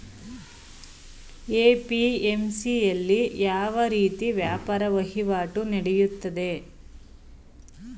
APMC ಯಲ್ಲಿ ಯಾವ ರೀತಿ ವ್ಯಾಪಾರ ವಹಿವಾಟು ನೆಡೆಯುತ್ತದೆ?